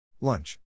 Lunch